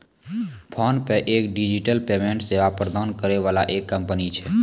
PhonePe एक digital payment सेवा प्रदान करै वाला एक कंपनी छै